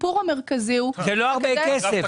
הסיפור המרכזי הוא --- זה לא הרבה כסף?